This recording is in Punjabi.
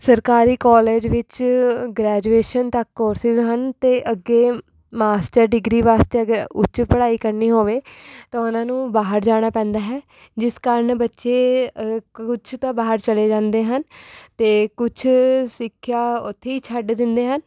ਸਰਕਾਰੀ ਕੋਲੇਜ ਵਿੱਚ ਗ੍ਰੇਜੂਏਸ਼ਨ ਤੱਕ ਕੋਰਸਿਸ ਹਨ ਅਤੇ ਅੱਗੇ ਮਾਸਟਰ ਡਿਗਰੀ ਵਾਸਤੇ ਅਗਰ ਉੱਚ ਪੜ੍ਹਾਈ ਕਰਨੀ ਹੋਵੇ ਤਾਂ ਉਨ੍ਹਾਂ ਨੂੰ ਬਾਹਰ ਜਾਣਾ ਪੈਂਦਾ ਹੈ ਜਿਸ ਕਾਰਨ ਬੱਚੇ ਕੁਝ ਤਾਂ ਬਾਹਰ ਚਲੇ ਜਾਂਦੇ ਹਨ ਅਤੇ ਕੁਝ ਸਿੱਖਿਆ ਉੱਥੇ ਹੀ ਛੱਡ ਦਿੰਦੇ ਹਨ